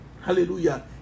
hallelujah